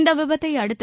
இந்த விபத்தை அடுத்து